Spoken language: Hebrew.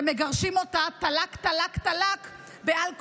הם מגרשים אותה: טאלכ, טאלכ, טאלכ, בעל כורחה.